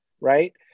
right